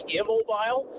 immobile